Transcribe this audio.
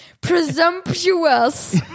Presumptuous